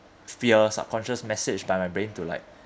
fear subconscious message by my brain to like